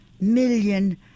million